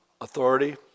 authority